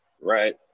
Right